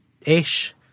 ish